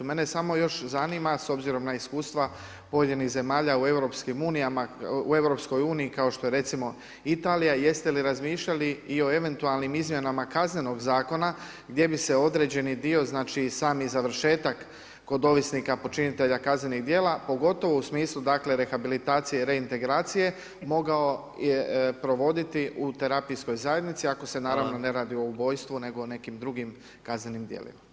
Mene samo još zanima, s obzirom na iskustva pojedinih zemalja u Europskim unijama, u Europskoj uniji kao što je recimo Italija jeste li razmišljali i o eventualnim izmjenama Kaznenog zakona gdje bi se određeni dio znači sami završetak kod ovisnika počinitelja kaznenih dijela pogotovo u smislu dakle, rehabilitacije i reintegracije mogao provoditi u terapijskoj zajednici ako se naravno ne radi o ubojstvu nego o nekim drugim kaznenim dijelima.